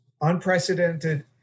unprecedented